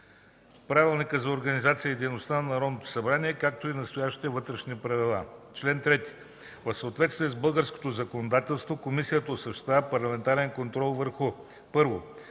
Правилника за организацията и дейността на Народното събрание, както и настоящите Вътрешни правила. Чл. 3. В съответствие с българското законодателство Комисията осъществява парламентарен контрол върху: 1.